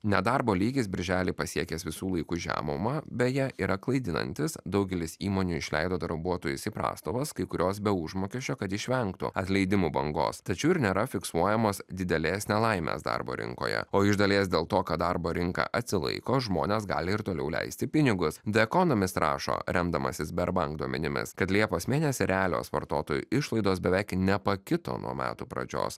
nedarbo lygis birželį pasiekęs visų laikų žemumą beje yra klaidinantis daugelis įmonių išleido darbuotojus į prastovas kai kurios be užmokesčio kad išvengtų atleidimų bangos tačiau ir nėra fiksuojamos didelės nelaimės darbo rinkoje o iš dalies dėl to kad darbo rinka atsilaiko žmonės gali ir toliau leisti pinigus the economist rašo remdamasis berbank duomenimis kad liepos mėnesį realios vartotojų išlaidos beveik nepakito nuo metų pradžios